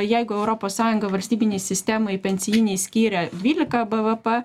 jeigu europos sąjunga valstybinei sistemai pensijinei skiria dvylika bvp